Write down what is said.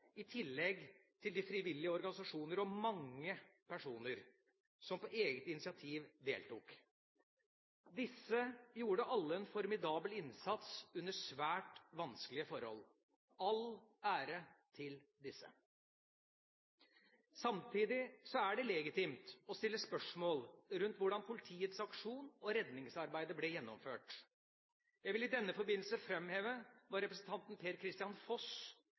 i tillegg til de frivillige organisasjoner og mange personer som på eget initiativ deltok. Disse gjorde alle en formidabel innsats under svært vanskelige forhold. All ære til disse! Samtidig er det legitimt å stille spørsmål rundt hvordan politiets aksjon og redningsarbeidet ble gjennomført. Jeg vil i denne forbindelse framheve hva representanten Per-Kristian Foss